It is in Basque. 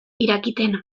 irakiten